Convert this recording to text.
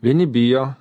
vieni bijo